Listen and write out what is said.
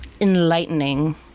enlightening